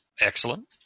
Excellent